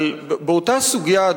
אלא באותה סוגיה,